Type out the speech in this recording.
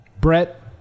Brett